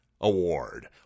Award